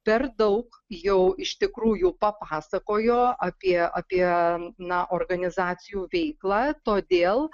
per daug jau iš tikrųjų papasakojo apie apie na organizacijų veikla todėl